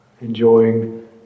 enjoying